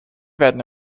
werden